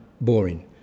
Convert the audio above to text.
boring